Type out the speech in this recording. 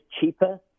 cheaper